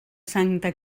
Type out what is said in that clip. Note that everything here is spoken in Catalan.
santa